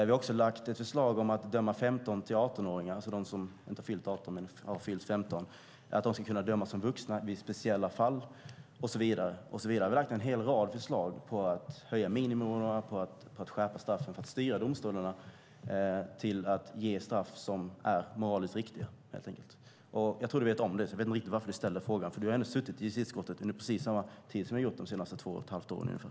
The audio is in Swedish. Vi har också lagt fram ett förslag om att 15-18-åringar ska kunna dömas som vuxna vid speciella fall. Och så vidare. Vi har lagt fram en hel rad förslag på att höja miniminivåerna och skärpa straffen för att styra domstolarna till att utdöma straff som helt enkelt är moraliskt riktiga. Jag tror att du vet om det. Jag vet inte riktigt varför du ställer frågan. Du har ändå suttit i justitieutskottet under samma tid som jag under de senaste två och ett halvt åren ungefär.